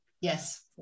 Yes